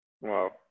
Wow